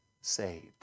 saved